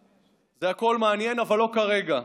זה הכול מעניין, אבל לא כרגע.